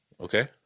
Okay